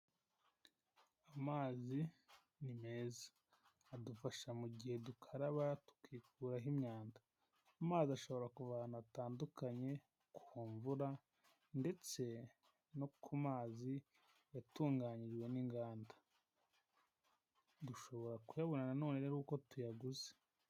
Amazi ni meza adufasha mu gihe dukaraba tukikuraho imyanda amazi ashobora kuva ahantu hatandukanye ku mvura ndetse no ku mazi yatunganyijwe n'inganda dushobora kuyabona nanone ari uko tuyaguze.